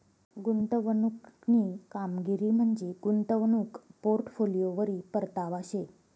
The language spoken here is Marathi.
गुंतवणूकनी कामगिरी म्हंजी गुंतवणूक पोर्टफोलिओवरी परतावा शे